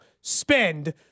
spend